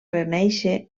renéixer